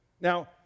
Now